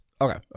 Okay